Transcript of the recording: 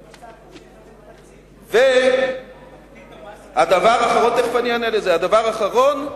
זה מה שצעקנו, הדבר האחרון,